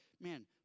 Man